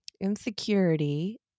Insecurity